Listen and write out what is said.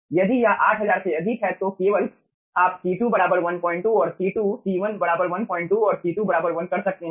यदि यह 8000 से अधिक है तो केवल आप C2 12 और C2 C1 12 और C2 1 कर सकते हैं